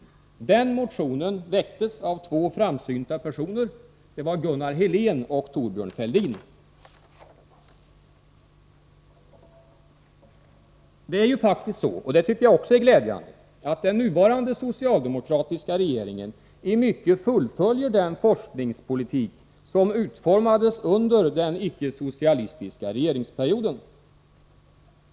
Den motionen väcktes av två framsynta personer — Gunnar Helén och Thorbjörn Fälldin. Det är ju faktiskt så — och det tycker jag också är glädjande — att den nuvarande socialdemokratiska regeringen i mycket fullföljer den forskningspolitik som utformades under den icke-socialistiska regeringsperioden.